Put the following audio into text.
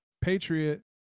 Patriot